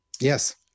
Yes